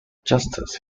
justice